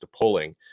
pulling